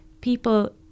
people